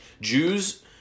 Jews